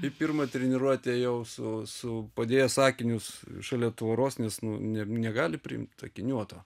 į pirmą treniruotę ėjau su su padėjęs akinius šalia tvoros nes nu ne negali priimt akiniuoto